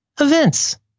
events